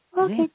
okay